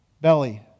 belly